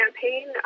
campaign